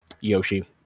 Yoshi